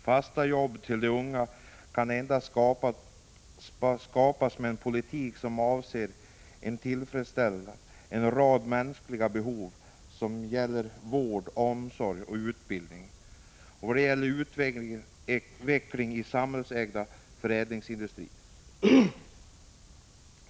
Fasta jobb till de unga kan endast skapas med en politik som avser att tillfredsställa en rad mänskliga behov i vad gäller vård, omsorg och utbildning genom bl.a. utveckling av samhällsägd förädlingsindustri.